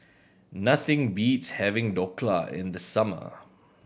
nothing beats having Dhokla in the summer